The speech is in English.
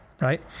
right